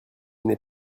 n’est